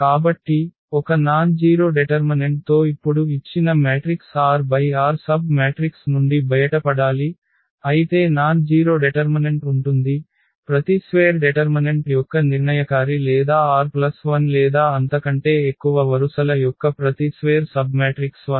కాబట్టి ఒక non zero determinant తో ఇప్పుడు ఇచ్చిన matrix r × r sub matrix నుండి బయటపడాలి అయితే నాన్ జీరొ డెటర్మనెంట్ ఉంటుంది ప్రతి స్వేర్ డెటర్మనెంట్ యొక్క నిర్ణయకారి లేదా r1 లేదా అంతకంటే ఎక్కువ వరుసల యొక్క ప్రతి స్వేర్ సబ్మ్యాట్రిక్స్ 0